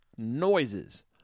noises